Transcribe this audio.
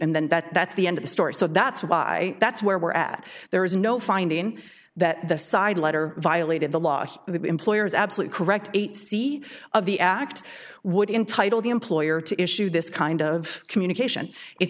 and then that that's the end of the story so that's why that's where we're at there is no finding that the side letter violated the law the employer is absolute correct eight c of the act would entitle the employer to issue this kind of communication i